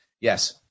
Yes